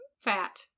Fat